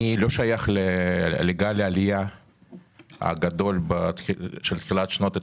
אני לא שייך לגל העלייה הגדול של תחילת שנות ה-90'.